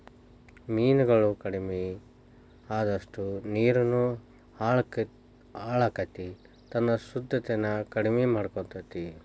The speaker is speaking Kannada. ಮೇನುಗಳು ಕಡಮಿ ಅಅದಷ್ಟ ನೇರುನು ಹಾಳಕ್ಕತಿ ತನ್ನ ಶುದ್ದತೆನ ಕಡಮಿ ಮಾಡಕೊತತಿ